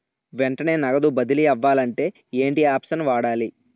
వెంటనే నగదు బదిలీ అవ్వాలంటే ఏంటి ఆప్షన్ వాడాలి?